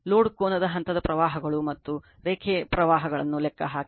load ಕೋನದ ಹಂತದ ಪ್ರವಾಹಗಳು ಮತ್ತು ರೇಖೆಯ ಪ್ರವಾಹಗಳನ್ನು ಲೆಕ್ಕಹಾಕಿ